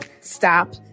stop